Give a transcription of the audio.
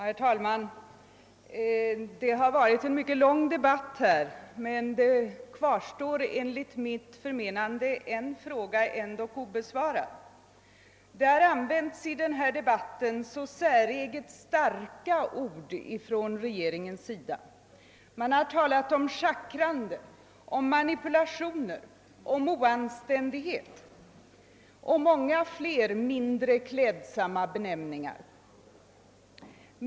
Herr talman! Det har varit en mycket lång debatt, men enligt mitt förmenande kvarstår ändock en fråga obesvarad. I denna debatt har använts säreget starka ord från regeringens sida. Man har talat om schackrande, om manipulationer, om oanständighet, och man har använt många fler mindre klädsamma benämningar.